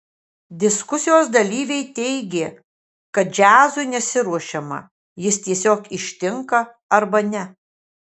diskusijos dalyviai teigė kad džiazui nesiruošiama jis tiesiog ištinka arba ne